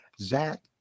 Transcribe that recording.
Zach